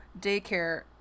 daycare